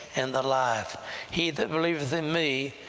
and the life he that believeth in me,